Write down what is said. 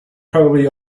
probably